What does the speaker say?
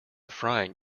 frying